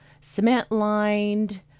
cement-lined